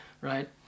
right